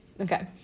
okay